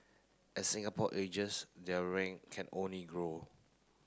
as Singapore ages their rank can only grow